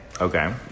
Okay